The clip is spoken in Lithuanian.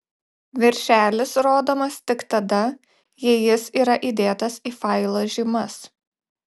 viršelis rodomas tik tada jei jis yra įdėtas į failo žymas